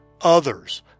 Others